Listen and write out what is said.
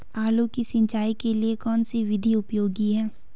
आलू की सिंचाई के लिए कौन सी विधि उपयोगी है?